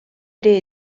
ere